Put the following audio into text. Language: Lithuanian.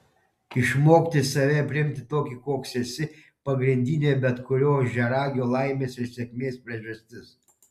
išmokti save priimti tokį koks esi pagrindinė bet kurio ožiaragio laimės ir sėkmės priežastis